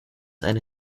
and